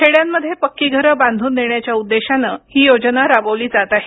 खेड्यांमध्ये पक्की घरं बांधून देण्याच्या उद्देशानं ही योजना राबवली जात आहे